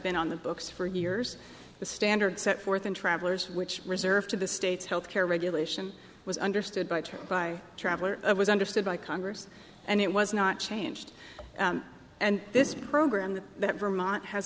been on the books for years the standard set forth in travelers which reserved to the states health care regulation was understood by truck by travelers it was understood by congress and it was not changed and this program that vermont has